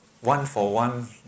one-for-one